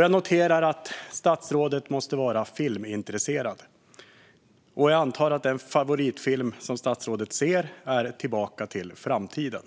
Jag noterar att statsrådet måste vara filmintresserad. Jag antar att statsrådets favoritfilm är Tillbaka till framtiden .